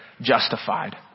justified